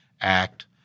Act